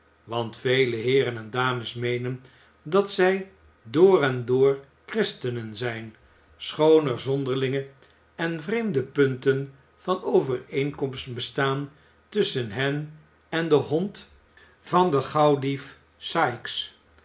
want vele heeren en dames meenen dat zij door en door christenen zijn schoon er zonderlinge en vreemde punten i van overeenkomst bestaan tusschen hen en den hond van den gauwdief